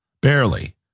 Barely